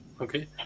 okay